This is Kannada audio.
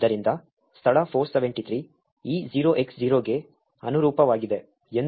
ಆದ್ದರಿಂದ ಸ್ಥಳ 473 ಈ 0X0 ಗೆ ಅನುರೂಪವಾಗಿದೆ ಎಂದು ನೀವು ನೋಡಬಹುದು